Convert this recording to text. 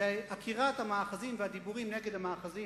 ועקירת המאחזים והדיבורים נגד המאחזים